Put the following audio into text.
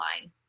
line